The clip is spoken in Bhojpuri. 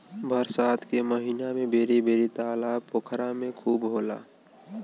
बरसात के महिना में बेरा बेरी तालाब पोखरा में खूब होला